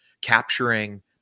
capturing